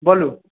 बोलू